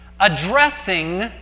Addressing